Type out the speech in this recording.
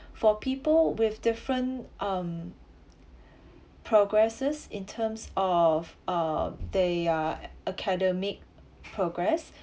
for people with different um progresses in terms of uh they are academic progress